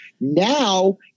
now